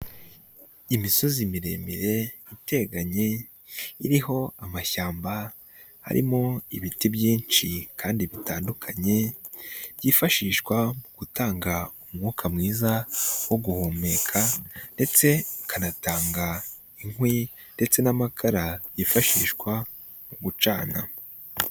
Imisozi miremire iteganye, iriho amashyamba arimo ibiti byinshi kandi bitandukanye, byifashishwa mu gutanga umwuka mwiza wo guhumeka ndetse bikanatanga inkwi ndetse n'amakara yifashishwa mu gucana.